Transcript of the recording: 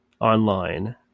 online